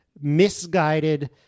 misguided